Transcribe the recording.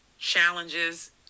Challenges